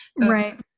Right